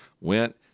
went